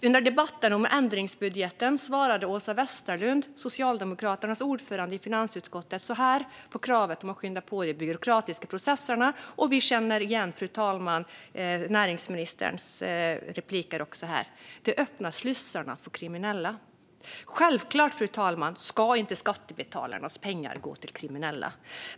Under debatten om ändringsbudgeten svarade Åsa Westlund, Socialdemokraternas ordförande i finansutskottet, så här om kravet på att skynda på de byråkratiska processerna - och vi känner igen näringsministerns sätt att svara här, fru talman: Det öppnar slussarna för kriminella. Självklart ska inte skattebetalarnas pengar gå till kriminella.